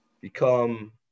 become